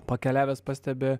pakeliavęs pastebi